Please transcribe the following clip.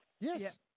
Yes